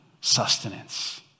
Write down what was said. sustenance